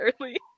early